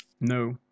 No